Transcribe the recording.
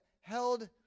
held